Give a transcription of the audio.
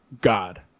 God